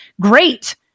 great